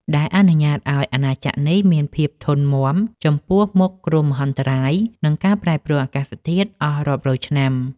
ដែលអនុញ្ញាតឱ្យអាណាចក្រនេះមានភាពធន់មាំចំពោះមុខគ្រោះមហន្តរាយ និងការប្រែប្រួលអាកាសធាតុអស់រាប់រយឆ្នាំ។